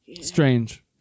Strange